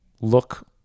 look